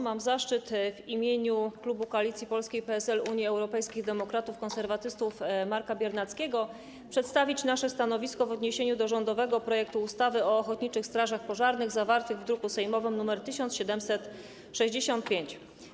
Mam zaszczyt w imieniu klubu Koalicji Polskiej - PSL, Unii Europejskich Demokratów, Konserwatystów Marka Biernackiego przedstawić stanowisko wobec rządowego projektu ustawy o ochotniczych strażach pożarnych zawartego w druku sejmowym nr 1765.